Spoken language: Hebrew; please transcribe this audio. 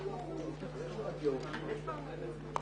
שלום לכולם.